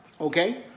okay